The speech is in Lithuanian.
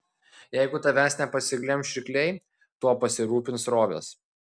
jeigu tavęs nepasiglemš rykliai tuo pasirūpins srovės